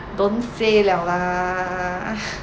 don't say liao lah